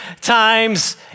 times